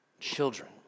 children